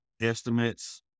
estimates